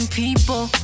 people